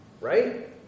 right